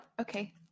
okay